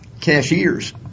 cashiers